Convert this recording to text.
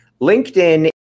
LinkedIn